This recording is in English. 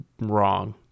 wrong